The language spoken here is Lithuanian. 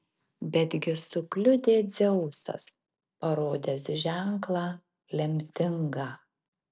betgi sukliudė dzeusas parodęs ženklą lemtingą